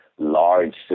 Large